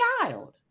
child